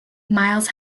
miles